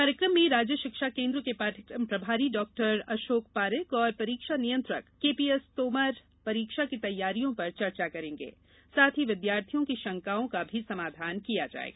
कार्यकम में राज्य शिक्षा केन्द्र के पाठ्यकम प्रभारी डॉ अशोक पारिक और परीक्षा नियंत्रक केपीएस तोमर परीक्षा की तैयारियों पर चर्चा करेंगे साथ ही विद्यार्थियों की शंकाओं का भी समाधान किया जायेगा